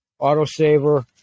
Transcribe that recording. autosaver